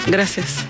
Gracias